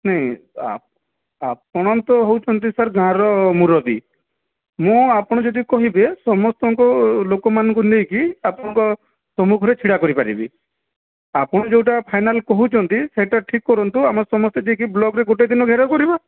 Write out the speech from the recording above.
ନାଇଁ ଆପଣ ତ ହେଉଛନ୍ତି ସାର୍ ଗାଁର ମୁରବି ମୁଁ ଆପଣ ଯଦି କହିବେ ସମସ୍ତଙ୍କ ଲୋକମାନଙ୍କୁ ନେଇକି ଆପଣଙ୍କ ସମ୍ମୁଖରେ ଛିଡ଼ା କରେଇ ପାରିବି ଆପଣ ଯେଉଁଟା ଫାଇନାଲ କହୁଛନ୍ତି ସେଟା ଠିକ୍ କରନ୍ତୁ ଆମେ ସମସ୍ତେ ଯାଇକି ବ୍ଲକରେ ଗୋଟିଏ ଦିନ ଘେରାଉ କରିବା